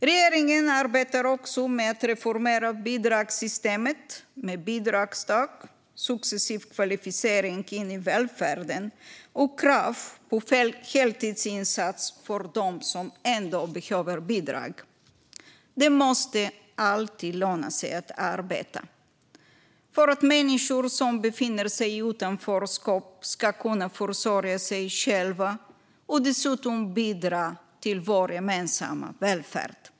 Regeringen arbetar också med att reformera bidragssystemet med bidragstak, successiv kvalificering in i välfärden och krav på heltidsinsats för dem som ändå behöver bidrag. Det måste alltid löna sig att arbeta för att människor som befinner sig i utanförskap ska kunna gå över till att försörja sig själva och dessutom bidra till vår gemensamma välfärd.